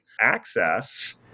access